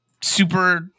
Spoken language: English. super